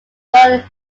don